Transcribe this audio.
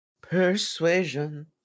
Persuasion